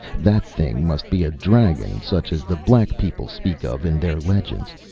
that thing must be a dragon, such as the black people speak of in their legends.